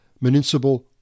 Municipal